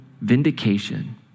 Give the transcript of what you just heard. vindication